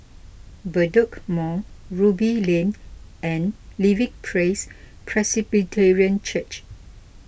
Bedok Mall Ruby Lane and Living Praise Presbyterian Church